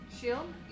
Shield